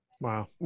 Wow